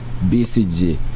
BCG